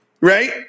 right